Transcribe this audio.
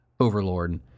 overlord